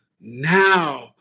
now